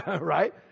right